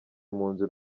impunzi